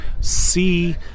see